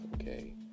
okay